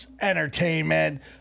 entertainment